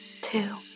two